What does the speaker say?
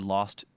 Lost